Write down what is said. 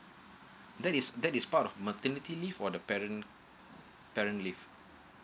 that is that is part of maternity leave or the parent parent leave